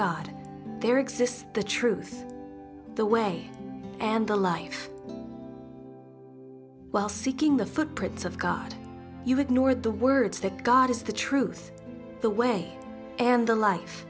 god there exists the truth the way and the life while seeking the footprints of god you ignore the words that god is the truth the way and the life